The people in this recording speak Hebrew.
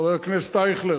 חבר הכנסת אייכלר.